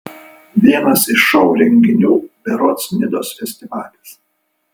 vienas iš šou renginių berods nidos festivalis